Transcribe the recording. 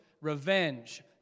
revenge